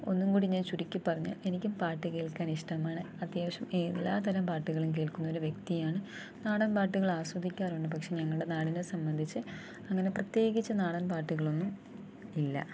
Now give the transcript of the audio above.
ഒന്നും കുടി ഞാന് ചുരുക്കിപ്പറഞ്ഞാൽ എനിക്കും പാട്ട് കേൾക്കാനിഷ്ടമാണ് അത്യാവശ്യം എല്ലാ തരം പാട്ടുകളും കേൾക്കുന്നൊരു വ്യക്തിയാണ് നാടൻ പാട്ടുകളാസ്വദിക്കാറുണ്ട് പക്ഷേ ഞങ്ങളുടെ നാടിനെ സംബന്ധിച്ച് അങ്ങനെ പ്രത്യേകിച്ച് നാടൻ പാട്ടുകളൊന്നും ഇല്ല